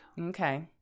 Okay